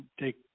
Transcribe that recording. take